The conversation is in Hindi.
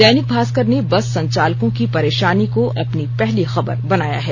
दैनिक भास्कर ने बस संचालकों की परेशानी को अपनी पहली खबर बनाया है